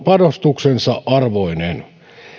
panostuksensa arvoinen